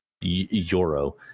euro